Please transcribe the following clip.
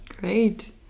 great